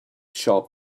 sharp